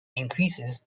increases